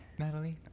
Natalie